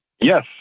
Yes